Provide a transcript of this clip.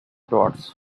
dots